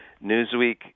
newsweek